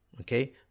okay